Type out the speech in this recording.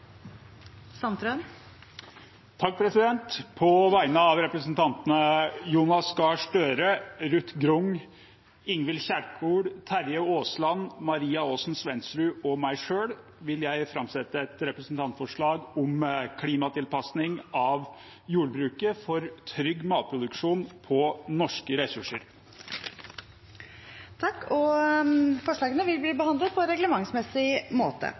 På vegne av representantene Jonas Gahr Støre, Ruth Grung, Ingvild Kjerkol, Terje Aasland, Maria Aasen-Svensrud og meg selv vil jeg framsette et representantforslag om klimatilpassing av jordbruket for trygg matproduksjon på norske ressurser. Forslagene vil bli behandlet på reglementsmessig måte.